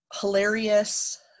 hilarious